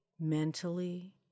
mentally